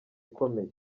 ikomeye